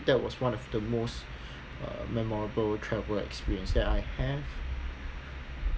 that was one of the most uh memorable travel experience that I have